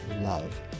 love